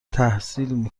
تحصیل